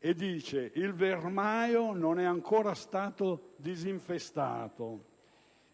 luogo: «Il verminaio non è ancora stato disinfestato.